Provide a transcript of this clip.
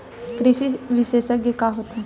कृषि विशेषज्ञ का होथे?